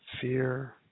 fear